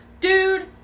Dude